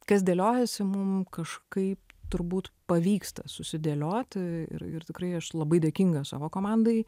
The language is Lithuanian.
kas dėliojasi mum kažkaip turbūt pavyksta susidėlioti ir ir tikrai aš labai dėkinga savo komandai